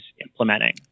implementing